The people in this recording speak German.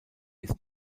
ist